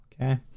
Okay